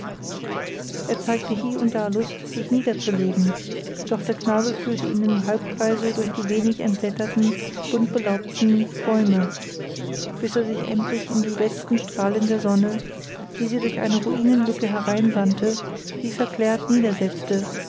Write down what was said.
er zeigte hie und da lust sich niederzulegen doch der knabe führte ihn im halbkreise durch die wenig entblätterten buntbelaubten bäume bis er sich endlich in den letzten strahlen der sonne die sie durch eine ruinenlücke hereinsandte wie verklärt